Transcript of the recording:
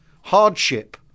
hardship